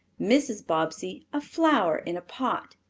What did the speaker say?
mrs. bobbsey a flower in a pot,